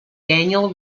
daniel